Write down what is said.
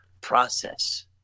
process